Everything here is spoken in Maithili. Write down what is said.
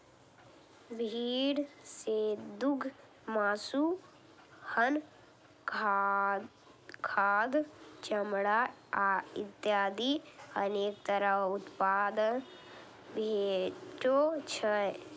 भेड़ सं दूघ, मासु, उन, खाद, चमड़ा इत्यादि अनेक तरह उत्पाद भेटै छै